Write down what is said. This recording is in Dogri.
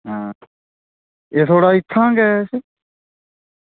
आं एह् थुआढ़ा इत्थां गै